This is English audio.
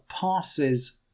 passes